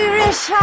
Irish